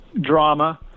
drama